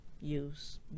use